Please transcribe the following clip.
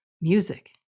music